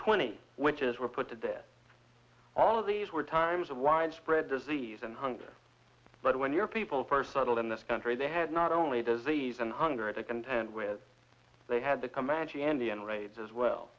twenty witches were put to death all of these were times of widespread disease and hunger but when your people first subtle in this country they had not only disease and hunger to contend with they had the comanche indian raids as well